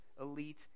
elite